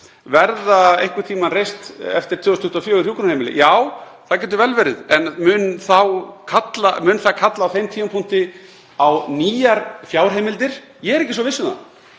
Verða einhvern tímann reist eftir 2024 hjúkrunarheimili? Já, það getur vel verið. En mun það kalla á þeim tímapunkti á nýjar fjárheimildir? Ég er ekki svo viss um það.